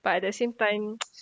but at the same time